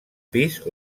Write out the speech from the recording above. pis